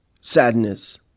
Sadness